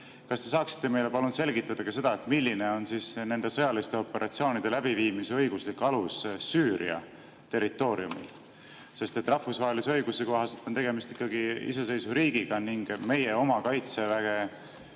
Kas te saaksite meile palun selgitada ka seda, milline on nende sõjaliste operatsioonide läbiviimise õiguslik alus Süüria territooriumil? Rahvusvahelise õiguse kohaselt on tegemist ikkagi iseseisva riigiga ning meie oma Kaitseväe